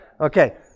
Okay